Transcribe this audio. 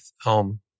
home